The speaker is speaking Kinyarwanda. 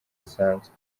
zisanzwe